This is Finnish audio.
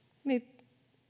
niin